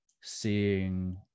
seeing